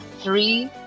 three